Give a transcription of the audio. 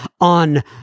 on